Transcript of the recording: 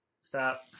stop